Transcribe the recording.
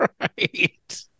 right